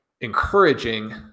encouraging